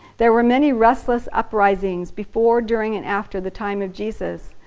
there were many restless uprisings, before, during and after the time of jesus.